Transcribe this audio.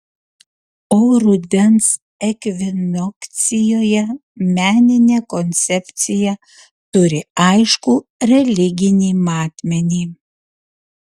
o rudens ekvinokcijoje meninė koncepcija turi aiškų religinį matmenį